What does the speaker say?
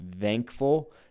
thankful